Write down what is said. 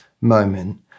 moment